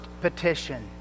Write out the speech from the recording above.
petition